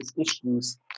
issues